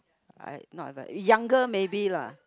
I not younger maybe lah